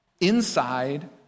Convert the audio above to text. inside